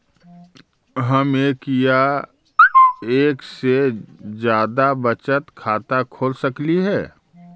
हम एक या एक से जादा बचत खाता खोल सकली हे?